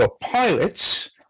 pilots